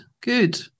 good